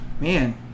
man